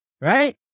right